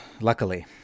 luckily